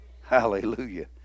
Hallelujah